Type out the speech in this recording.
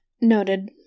Noted